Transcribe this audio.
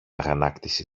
αγανάκτηση